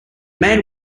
man